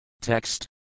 Text